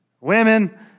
Women